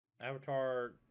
Avatar